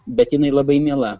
bet jinai labai miela